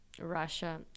Russia